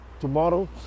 tomorrow